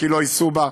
כי לא ייסעו בה,